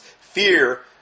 fear